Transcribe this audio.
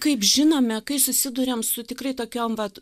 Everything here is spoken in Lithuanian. kaip žinome kai susiduriam su tikrai tokiom vat